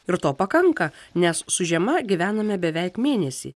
ir to pakanka nes su žiema gyvenome beveik mėnesį